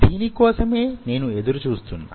దీని కోసమే నేను ఎదురు చూస్తున్నా